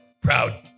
proud